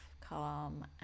calm